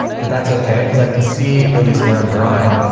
but that's okay cause i can see at least where i'm drawing